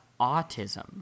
autism